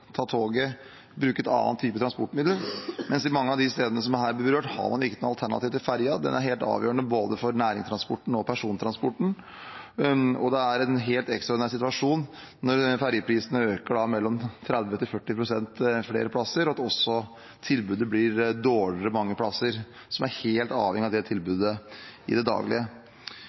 ta toget, bruke en annen type transportmiddel, mens på mange av de stedene som her blir berørt, har man ikke noe alternativ til ferja. Den er helt avgjørende både for næringstransporten og persontransporten. Det er en helt ekstraordinær situasjon når ferjeprisene øker mellom 30 og 40 pst. flere plasser og tilbudet blir dårligere på mange av de stedene som er helt avhengige av det tilbudet i det daglige.